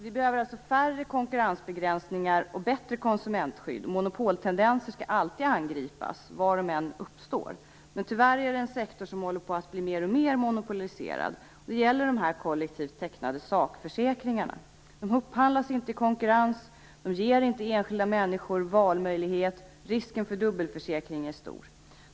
Vi behöver alltså färre konkurrensbegränsningar och bättre konsumentskydd. Monopoltendenser skall alltid angripas var de än uppstår. Men tyvärr är det en sektor som håller på att bli mer och mer monopoliserad, och det gäller de här kollektivt tecknade sakförsäkringarna. De upphandlas inte i konkurrens. De ger inte enskilda människor valmöjlighet. Risken för dubbelförsäkring är stor.